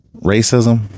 racism